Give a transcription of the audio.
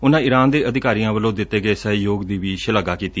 ਉਨੂਾਂ ਇਰਾਨ ਦੇ ਅਧਿਕਾਰੀਆਂ ਵੱਲੋਂ ਦਿੱਤੇ ਗਏ ਸਹਿਯੋਗ ਦੀ ਵੀ ਸ਼ਲਾਘਾ ਕੀਤੀ